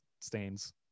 stains